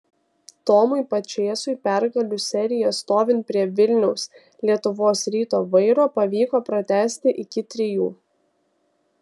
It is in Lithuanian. tomui pačėsui pergalių seriją stovint prie vilniaus lietuvos ryto vairo pavyko pratęsti iki trijų